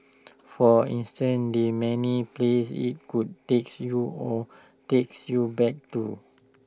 for instance the many places IT could takes you or takes you back to